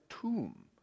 tomb